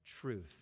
truth